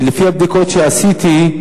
לפי הבדיקות שעשיתי,